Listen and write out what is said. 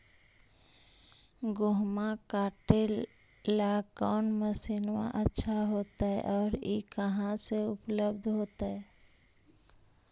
गेहुआ काटेला कौन मशीनमा अच्छा होतई और ई कहा से उपल्ब्ध होतई?